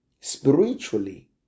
spiritually